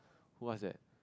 what is that